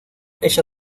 ella